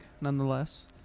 nonetheless